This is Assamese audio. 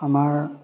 আমাৰ